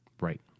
right